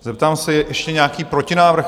Zeptám se, je ještě nějaký protinávrh?